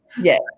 Yes